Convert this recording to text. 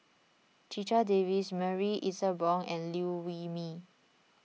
Checha Davies Marie Ethel Bong and Liew Wee Mee